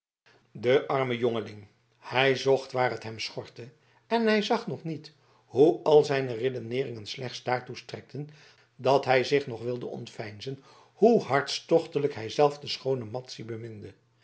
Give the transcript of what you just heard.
de arme jongeling hij zocht waar het hem schortte en hij zag nog niet hoe al zijne redeneeringen slechts daartoe strekten dat hij zich nog wilde ontveinzen hoe hartstochtelijk hij zelf de schoone madzy beminde